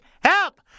help